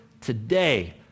today